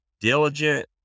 diligent